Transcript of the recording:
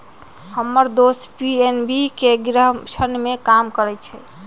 हम्मर दोस पी.एन.बी के गृह ऋण में काम करइ छई